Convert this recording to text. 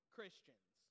Christians